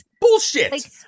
bullshit